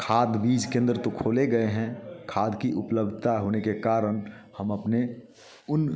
खाद बीज केंद्र तो खोले गए हैं खाद की उपलब्धता होने के कारण हम अपने उन